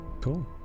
Cool